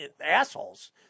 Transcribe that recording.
assholes